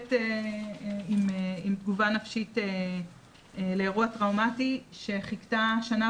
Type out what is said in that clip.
מטופלת עם תגובה נפשית לאירוע טראומטי שחיכתה שנה